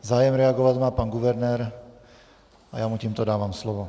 Zájem reagovat má pan guvernér a já mu tímto dávám slovo.